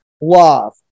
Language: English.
love